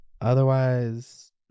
Otherwise